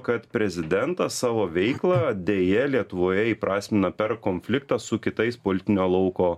kad prezidentas savo veiklą deja lietuvoje įprasmina per konfliktą su kitais politinio lauko